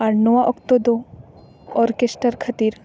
ᱟᱨ ᱱᱚᱣᱟ ᱚᱠᱛᱚ ᱫᱚ ᱚᱨᱠᱮᱥᱨᱟᱴ ᱠᱷᱟᱹᱛᱤᱨ